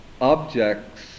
objects